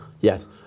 Yes